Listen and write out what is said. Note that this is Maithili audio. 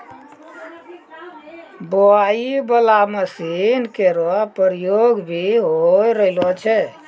बोआई बाला मसीन केरो प्रयोग भी होय रहलो छै